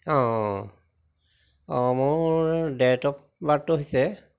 অঁ অঁ অঁ মোৰ ডেট অফ বাৰ্থটো হৈছে